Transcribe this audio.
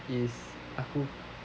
is aku